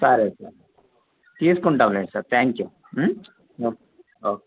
సరే సార్ తీసుకుంటాంఉలేండి sir thank you ఒక్ ఓకే